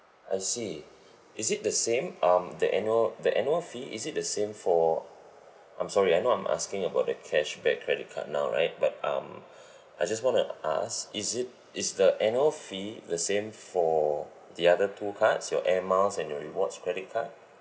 I see is it the same um the annual the annual fee is it the same for I'm sorry I know I'm asking about the cashback credit card now right but um I just want to ask is it is the annual fee the same for the other two cards your air miles and your rewards credit card